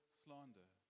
slander